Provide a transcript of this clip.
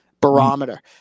barometer